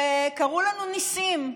שקרו לנו ניסים.